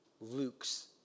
Luke's